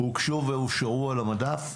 הוגשו והושארו על המדף?